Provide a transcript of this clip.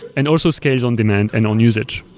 and also scales on-demand and on usage.